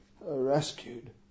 rescued